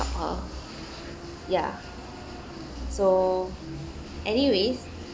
uh ya so anyways